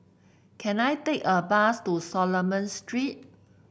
can I take a bus to Solomon Street